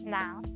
now